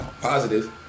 positive